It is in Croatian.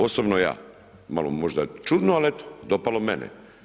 Osobno ja, malo možda čudno, ali eto, dopalo mene.